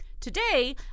Today